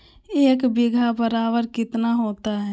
एक बीघा बराबर कितना होता है?